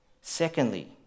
Secondly